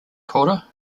cora